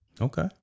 Okay